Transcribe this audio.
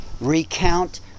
recount